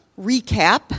recap